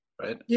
right